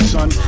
Son